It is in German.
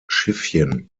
schiffchen